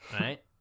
right